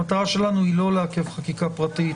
המטרה שלנו היא לא לעכב חקיקה פרטית,